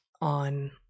on